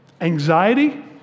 Anxiety